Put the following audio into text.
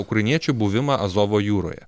ukrainiečių buvimą azovo jūroje